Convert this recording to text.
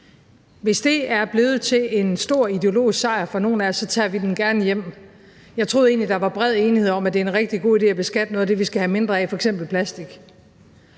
Hvis det er blevet til en stor ideologisk sejr for nogle af os, tager vi den gerne hjem. Jeg troede egentlig, at der var bred enighed om, at det er en rigtig god idé at beskatte noget af det, vi skal have mindre af, f.eks. plastik.